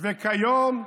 וכיום ולעולם.